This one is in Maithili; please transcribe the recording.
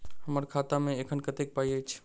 हम्मर खाता मे एखन कतेक पाई अछि?